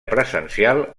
presencial